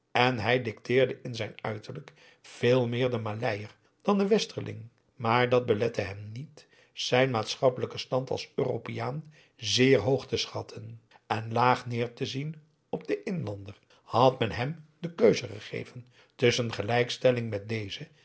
en hij dicteerde in zijn uiterlijk veel meer den maleier dan den westerling maar dat belette hem niet zijn maatschappelijken stand als europeaan zeer hoog te schatten en laag neer te zien op den inlander had men hem de keuze gegeven tusschen gelijkstelling met dezen